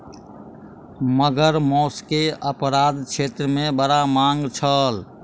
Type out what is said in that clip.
मगर मौस के अपराध क्षेत्र मे बड़ मांग छल